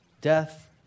Death